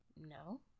No